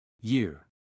Year